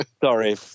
Sorry